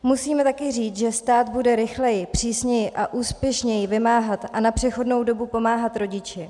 Musíme taky říct, že stát bude rychleji, přísněji a úspěšněji vymáhat a na přechodnou dobu pomáhat rodiči.